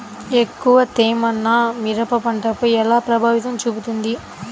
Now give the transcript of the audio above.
ఎక్కువ తేమ నా మిరప పంటపై ఎలా ప్రభావం చూపుతుంది?